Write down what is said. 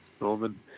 Norman